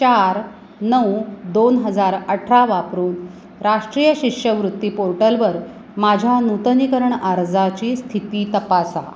चार नऊ दोन हजार अठरा वापरून राष्ट्रीय शिष्यवृत्ती पोर्टलवर माझ्या नूतनीकरण अर्जाची स्थिती तपासा